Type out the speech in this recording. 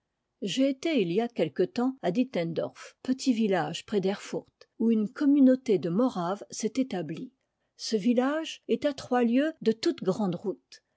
j'ai été il y a quelque temps à dintendorf petit village près d'erfurt où une communauté de moraves s'est établie ce village est à trois lieues de toute grande route